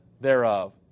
thereof